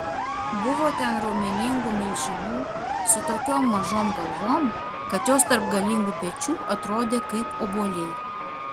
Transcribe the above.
buvo ten raumeningų milžinų su tokiom mažom galvom kad jos tarp galingų pečių atrodė kaip obuoliai